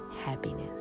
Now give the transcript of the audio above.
happiness